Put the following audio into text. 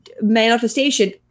manifestation